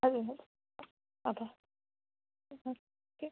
હા આભાર ઠીક છે